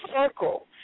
circle